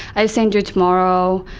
i send you tomorrow.